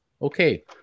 Okay